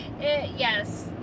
Yes